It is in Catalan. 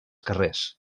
carrers